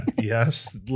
Yes